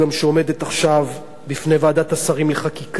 שעומדת עכשיו בפני ועדת השרים לחקיקה,